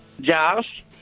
josh